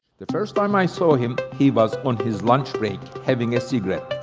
the first time i saw him, he was on his lunch break having a cigarette.